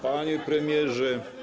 Panie Premierze!